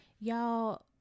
y'all